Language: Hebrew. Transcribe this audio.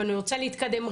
ואני רוצה להתקדם.